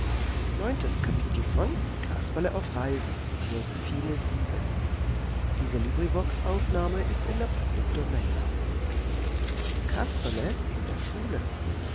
in der schule